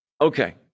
Okay